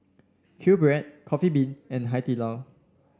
QBread Coffee Bean and Hai Di Lao